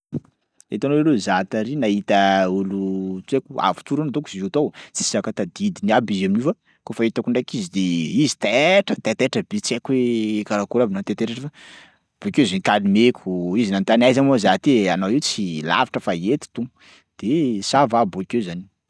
Hitanao leroa, za tary nahita olo tsy haiko avy torana donko zio tao tsisy zaka tadidiny aby izy amin'io fa kaofa hitako ndraiky izy de izy taitra, taitaitra be tsy haiko hoe karakôry aby nahataitaitra azy fa bakeo izy nokalmeko, izy nanontany aiza moa za ty ai? Anao io tsy lavitra fa eto to, de ça va bôkeo zany.